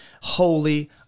holy